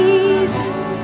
Jesus